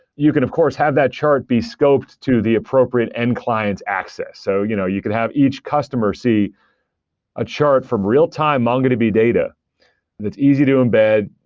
you can of course have that chart be scoped to the appropriate end clients access. so you know you could have each customer see a chart from real-time mongodb data that's easy to embed,